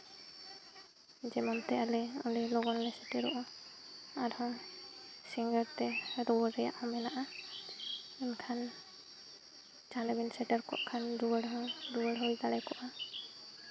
ᱡᱮᱢᱚᱱᱛᱮ ᱟᱞᱮ ᱟᱹᱰᱤ ᱞᱚᱜᱚᱱ ᱥᱮᱴᱮᱨᱚᱜᱼᱟ ᱟᱨᱦᱚᱸ ᱥᱤᱸᱜᱟᱹᱲ ᱛᱮ ᱨᱩᱭᱟᱹᱲ ᱨᱮᱭᱟᱜ ᱦᱚᱸ ᱢᱮᱱᱟᱜᱼᱟ ᱮᱱᱠᱷᱟᱱ ᱪᱟᱬᱮ ᱵᱤᱱ ᱥᱮᱴᱮᱨ ᱠᱚᱜ ᱠᱷᱟᱱ ᱨᱩᱭᱟᱹᱲ ᱦᱚᱸ ᱨᱩᱭᱟᱹᱲ ᱦᱩᱭ ᱫᱟᱲᱮ ᱠᱚᱜᱼᱟ